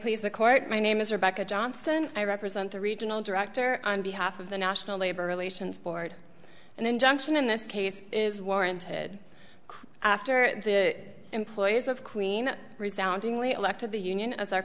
please the court my name is rebecca johnston i represent the regional director on behalf of the national labor relations board an injunction in this case is warranted after the employees of queen resoundingly elected the union as